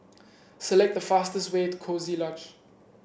select the fastest way to Coziee Lodge